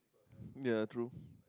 ya true